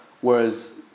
Whereas